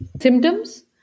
symptoms